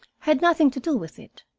had nothing to do with it.